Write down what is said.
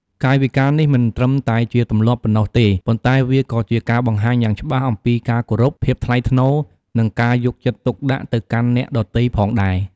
កាយវិការនេះមិនត្រឹមតែជាទម្លាប់ប៉ុណ្ណោះទេ ប៉ុន្តែវាក៏ជាការបង្ហាញយ៉ាងច្បាស់អំពីការគោរព ភាពថ្លៃថ្នូរ និងការយកចិត្តទុកដាក់ទៅកាន់អ្នកដទៃផងដែរ។